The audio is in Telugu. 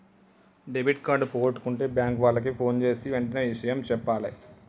డెబిట్ కార్డు పోగొట్టుకుంటే బ్యేంకు వాళ్లకి ఫోన్జేసి వెంటనే ఇషయం జెప్పాలే